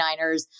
49ers